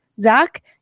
Zach